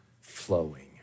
flowing